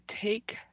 take